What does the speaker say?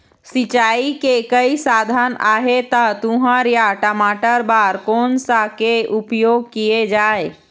सिचाई के कई साधन आहे ता तुंहर या टमाटर बार कोन सा के उपयोग किए जाए?